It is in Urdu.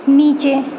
نیچے